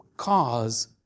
cause